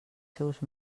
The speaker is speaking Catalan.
seus